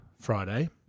Friday